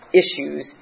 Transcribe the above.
issues